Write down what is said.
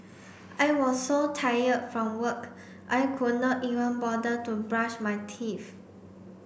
I was so tired from work I could not even bother to brush my teeth